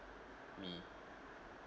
me